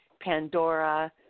Pandora